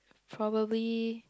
probably